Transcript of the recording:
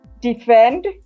defend